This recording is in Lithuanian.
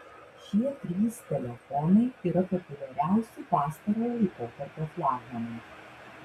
šie trys telefonai yra populiariausi pastarojo laikotarpio flagmanai